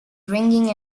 ringing